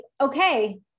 okay